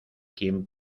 quien